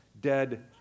dead